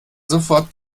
sofort